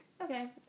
Okay